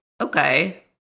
okay